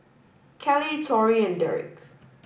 Kelli Torey and Derek